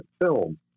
film